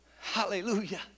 Hallelujah